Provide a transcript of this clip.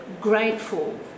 grateful